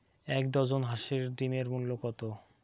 এক ডজন হাঁসের ডিমের মূল্য কত?